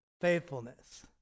faithfulness